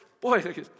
Boy